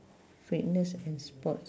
fitness and sports